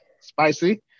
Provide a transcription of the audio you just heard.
Spicy